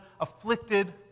afflicted